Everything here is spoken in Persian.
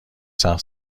سقف